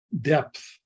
depth